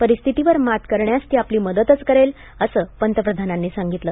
परिस्थितीवर मात करण्यास ती आपली मदतच करेल असं पंतप्रधानांनी सांगितलं